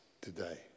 today